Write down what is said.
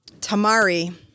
Tamari